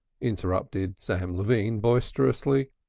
interrupted sam levine boisterously.